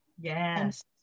Yes